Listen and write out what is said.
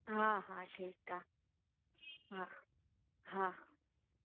हा हा ठीकु आहे हा हा